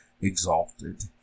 exalted